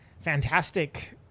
fantastic